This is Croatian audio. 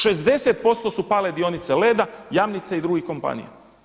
60% su pale dionice Leda, Jamnice i drugi kompanija.